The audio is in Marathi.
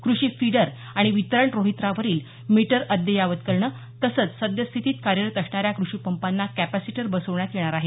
कृषी फिंडर आणि वितरण रोहित्रावरील मीटर अद्ययावत करणं तसंच सद्यस्थितीत कार्यरत असणाऱ्या कृषीपंपाना कॅपॅसिटर बसवण्यात येणार आहेत